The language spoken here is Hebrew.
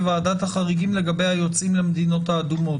ועדת החריגים לגבי היוצאים למדינות האדומות.